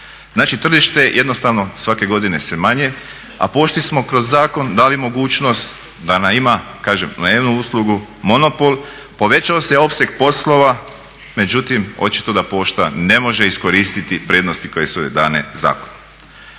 Znači tržište je jednostavno svake godine sve manje a pošti smo kroz zakon dali mogućnost …/Govornik se ne razumije./… ima kažem na jednu uslugu monopol, povećao se opseg poslova, međutim, očito da pošta ne može iskoristiti prednosti koje su joj dane zakonom.